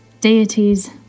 deities